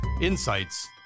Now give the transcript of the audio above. insights